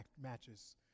matches